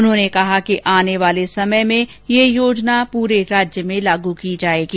उन्होंने कहा कि आने वाले समय में यह योजना पूरे राज्य में लागू की जाएगी